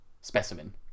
specimen